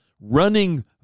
running